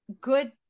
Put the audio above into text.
good